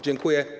Dziękuję.